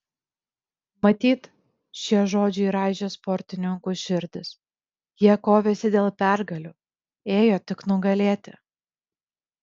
matyt šie žodžiai raižė sportininkų širdis jie kovėsi dėl pergalių ėjo tik nugalėti